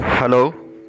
Hello